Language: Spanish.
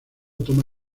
toma